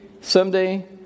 someday